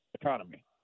economy